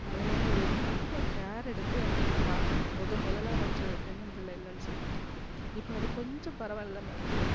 அதை நான் ரொம்ப கேர் எடுத்து அதை நான் பார்த்தேன் முத முதல்லா வச்சது தென்னம்பிள்ள இல்லைன்னு சொல்லிவிட்டு இப்போ அது கொஞ்சம் பரவாயில்லமா இருக்கு